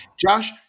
josh